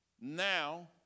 Now